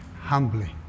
humbly